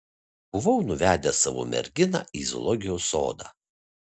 buvau nuvedęs savo merginą į zoologijos sodą